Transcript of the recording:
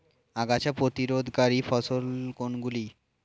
আগাছা প্রতিরোধকারী ফসল কোনগুলি?